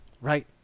Right